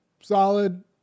solid